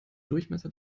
durchmesser